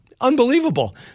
Unbelievable